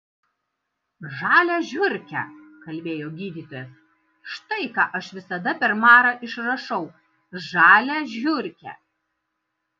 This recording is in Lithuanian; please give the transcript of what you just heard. žalią žiurkę kalbėjo gydytojas štai ką aš visada per marą išrašau žalią žiurkę